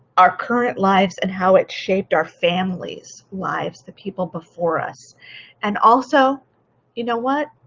our current lives and how it shaped our family's lives, the people before us and also you know what,